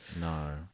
No